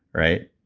right?